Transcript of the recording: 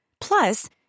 Plus